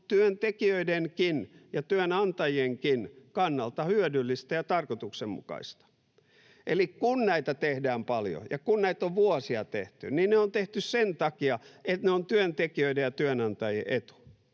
työntekijöidenkin ja työnantajienkin kannalta hyödyllistä ja tarkoituksenmukaista. Eli kun näitä tehdään paljon ja kun näitä on vuosia tehty, niin ne on tehty sen takia, että ne ovat työntekijöiden ja työnantajien etu,